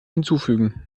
hinzufügen